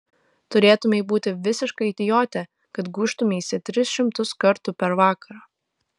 turėtumei būti visiška idiote kad gūžtumeisi tris šimtus kartų per vakarą